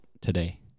today